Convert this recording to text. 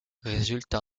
résulte